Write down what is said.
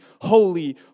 holy